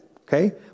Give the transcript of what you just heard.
Okay